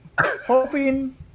hoping